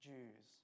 Jews